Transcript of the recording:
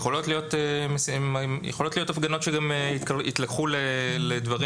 יכולות להיות הפגנות שגם יתלקחו לדברים